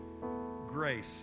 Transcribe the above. grace